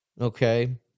Okay